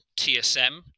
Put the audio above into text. TSM